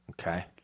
Okay